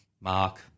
Mark